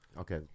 okay